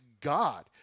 God